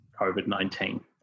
COVID-19